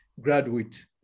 graduate